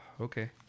Okay